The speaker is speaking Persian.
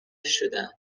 شدهاند